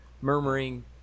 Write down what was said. murmuring